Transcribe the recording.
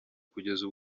kugeza